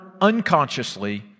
unconsciously